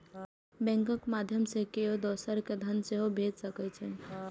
बैंकक माध्यय सं केओ दोसर कें धन सेहो भेज सकै छै